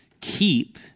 keep